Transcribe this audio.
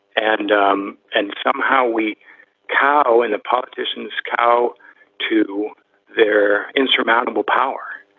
and um and somehow we cow in the politicians cow to their insurmountable power,